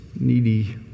needy